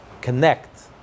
connect